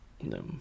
no